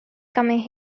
coming